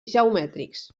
geomètrics